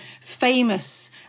famous